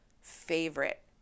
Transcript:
favorite